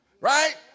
Right